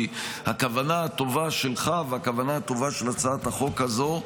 כי הכוונה הטובה שלך והכוונה הטובה של הצעת החוק הזו,